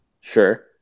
Sure